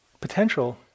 potential